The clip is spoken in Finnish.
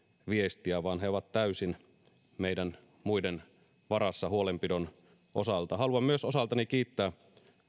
viestiä vaan he ovat täysin meidän muiden varassa huolenpidon osalta haluan myös osaltani kiittää